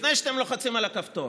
לפני שאתם לוחצים על הכפתור,